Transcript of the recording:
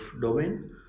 domain